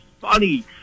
funny